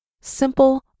simple